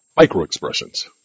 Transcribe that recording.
Microexpressions